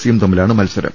സിയും തമ്മിലാണ് മത്സരം